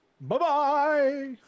Bye-bye